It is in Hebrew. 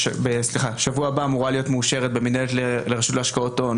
בשבוע הבא אמורה להיות מאושרת במנהלת לרשות להשקעות הון